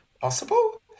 possible